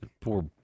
Poor